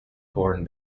corn